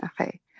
Okay